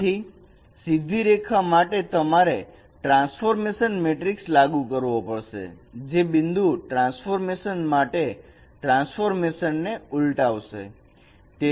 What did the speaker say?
તેથી સીધી રેખા માટે તમારે ટ્રાન્સફોર્મેશન મેટ્રિક્સ લાગુ કરવો પડશે જે બિંદુ ટ્રાન્સપોર્ટેશન માટે ટ્રાન્સફોર્મેશન ને ઉલ્ટાવસે